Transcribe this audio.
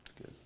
Good